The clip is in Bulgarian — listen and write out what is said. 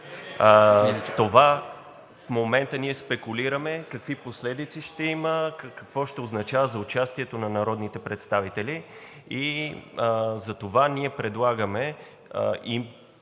В момента ние спекулираме какви последици ще има, какво ще означава за участието на народните представители. И с оглед на